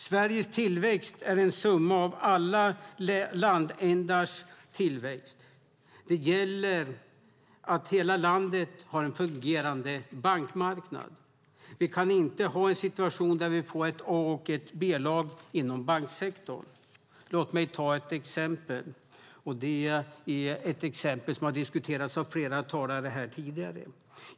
Sveriges tillväxt är en summa av alla landsändars tillväxt. Det gäller att hela landet har en fungerande bankmarknad. Vi kan inte ha en situation där vi får ett A och ett B-lag inom banksektorn. Låt mig ta ett exempel, och det är ett exempel som har diskuterats av flera talare tidigare.